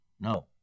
No